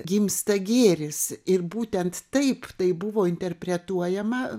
gimsta gėris ir būtent taip tai buvo interpretuojama